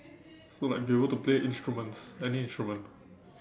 so like be able to play instruments any instrument